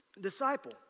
Disciple